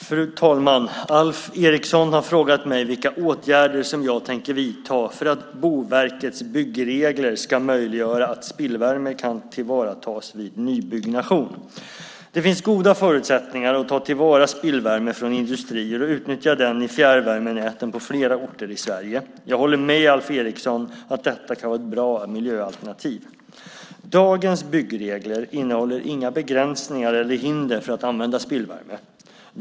Fru talman! Alf Eriksson har frågat mig vilka åtgärder som jag tänker vidta för att Boverkets byggregler ska möjliggöra att spillvärme kan tillvaratas vid nybyggnation. Det finns goda förutsättningar att ta till vara spillvärme från industrier och utnyttja den i fjärrvärmenäten på flera orter i Sverige. Jag håller med Alf Eriksson om att detta kan vara ett bra miljöalternativ. Dagens byggregler innehåller inga begränsningar eller hinder för att använda spillvärme.